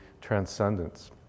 transcendence